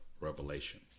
Revelation